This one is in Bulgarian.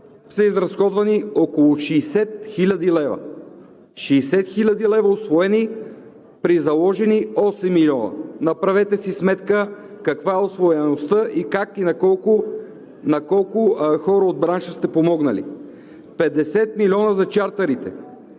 са изразходвани около 60 хил. лв. – 60 хил. лв. усвоени при заложени 8 милиона. Направете си сметка каква е усвояемостта, как и на колко хора от бранша сте помогнали. 50 милиона за чартърите